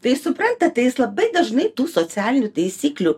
tai suprantat tai jis labai dažnai tų socialinių taisyklių